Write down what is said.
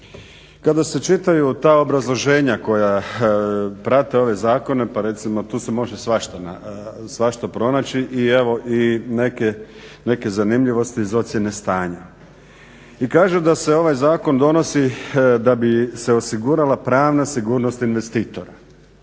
Kada se čitaju ta obrazloženja koja prate ove zakone pa recimo tu se može svašta pronaći, i evo neke zanimljivosti iz ocjene stanja. I kažu da se ovaj zakon donosi da bi se osigurala pravna sigurnost investitora.